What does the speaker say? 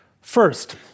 First